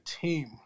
team